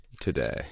today